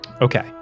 Okay